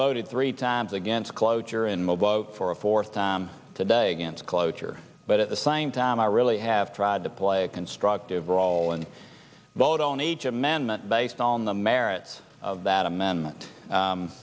voted three times against cloture and mobo for a fourth today against cloture but at the same time i really have tried to play a constructive role and vote on each of amendment based on the merits of that amendment